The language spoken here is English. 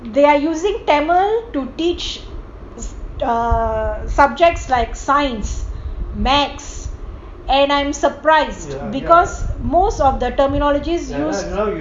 they are using tamil to teach the subjects like science maths and I'm surprised because most of the terminology used